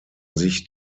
sich